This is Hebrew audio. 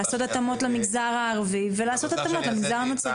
לעשות התאמות למגזר הערבי ולמגזר הנוצרי.